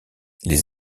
les